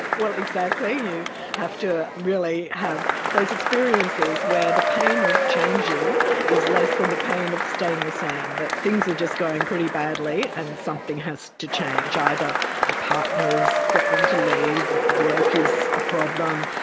ah well, exactly, you have to really have those experiences where the pain of changing is less than the pain of staying the same, that things are just going pretty badly and something has to change, either a partner is threatening to leave, work is a problem.